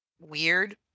weird